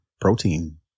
protein